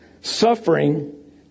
Suffering